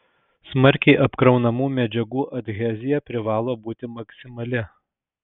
smarkiai apkraunamų medžiagų adhezija privalo būti maksimali